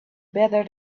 better